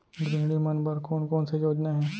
गृहिणी मन बर कोन कोन से योजना हे?